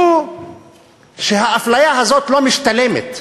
שהאפליה הזאת לא משתלמת.